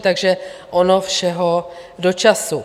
Takže ono všeho do času.